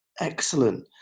Excellent